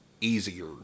easier